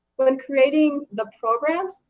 when and creating the programs,